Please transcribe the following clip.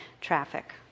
traffic